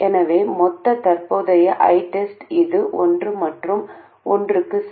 எனவே மொத்த தற்போதைய ITEST இது ஒன்று மற்றும் ஒன்றுக்கு சமம்